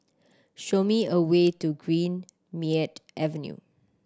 show me a way to Greenmead Avenue